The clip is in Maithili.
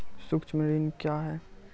सुक्ष्म ऋण क्या हैं?